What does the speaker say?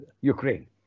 Ukraine